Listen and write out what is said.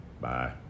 Bye